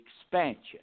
expansion